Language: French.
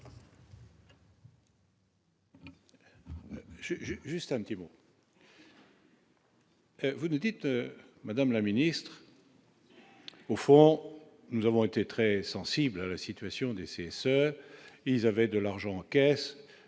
juste un petit mot. Vous dites : Madame la Ministre, au fond, nous avons été très sensibles à la situation nécessaires, ils avaient de l'argent en caisse,